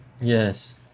Yes